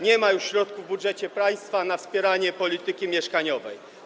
Nie ma już środków w budżecie państwa na wspieranie polityki mieszkaniowej.